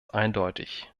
eindeutig